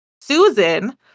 Susan